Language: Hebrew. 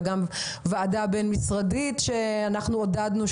וגם ועדה בין משרדית של שרת הכלכלה שאנחנו עודדנו.